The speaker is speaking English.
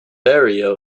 barrio